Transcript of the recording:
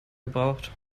gebraucht